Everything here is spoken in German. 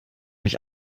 mich